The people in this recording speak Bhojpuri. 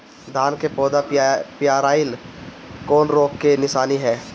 धान के पौधा पियराईल कौन रोग के निशानि ह?